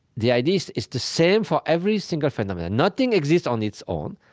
the idea is the same for every single phenomenon nothing exists on its own.